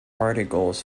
articles